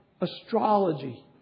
astrology